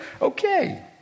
okay